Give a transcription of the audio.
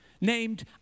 named